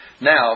now